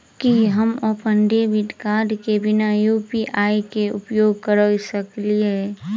की हम अप्पन debit card केँ बिना यु.पी.आई केँ उपयोग करऽ सकलिये?